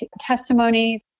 testimony